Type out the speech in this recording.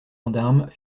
gendarmes